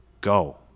Go